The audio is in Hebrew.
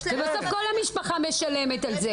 ובסוף כל המשפחה משלמת על זה.